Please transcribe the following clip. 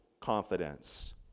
confidence